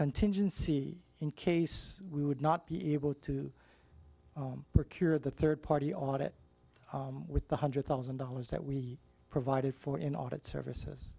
contingency in case we would not be able to cure the third party audit with the hundred thousand dollars that we provided for in audit services